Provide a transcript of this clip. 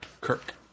Kirk